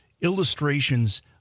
illustrations